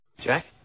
Jack